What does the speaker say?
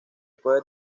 puede